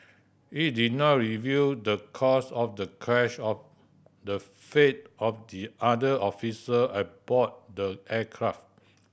it did not reveal the cause of the crash or the fate of the other official aboard the aircraft